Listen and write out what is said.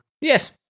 Yes